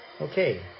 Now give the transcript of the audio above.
Okay